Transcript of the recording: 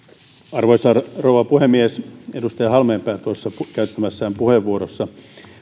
arvoisa rouva puhemies edustaja halmeenpää tuossa käyttämässään puheenvuorossa